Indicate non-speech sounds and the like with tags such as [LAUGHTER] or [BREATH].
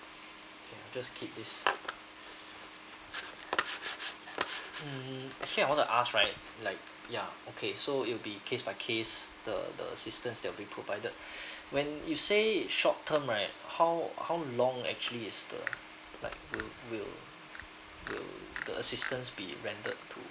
okay I'll just keep this mm actually I want to ask right like ya okay so it will be case by case the the assistance that will be provided [BREATH] when you say it's short term right how how long actually is the like will will will the assistance be rendered to